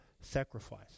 sacrifice